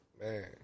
man